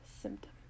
symptom